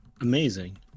amazing